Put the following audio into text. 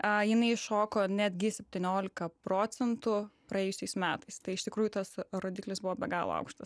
jinai įšoko netgi septyniolika procentų praėjusiais metais tai iš tikrųjų tas rodiklis buvo be galo aukštas